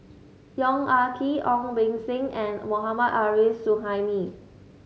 Yong Ah Kee Ong Beng Seng and Mohammad Arif Suhaimi